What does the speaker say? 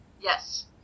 Yes